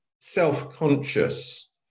self-conscious